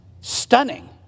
Stunning